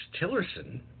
Tillerson